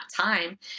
time